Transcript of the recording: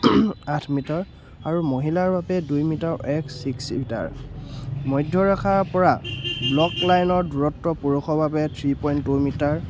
আঠ মিটাৰ আৰু মহিলাৰ বাবে দুই মিটাৰ এক্স ছিক্স মিটাৰ মধ্যৰেখাৰ পৰা ব্লক লাইনৰ দূৰত্ব পুৰুষৰ বাবে থ্ৰী পইণ্ট টু মিটাৰ